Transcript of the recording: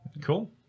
Cool